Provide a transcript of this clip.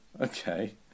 Okay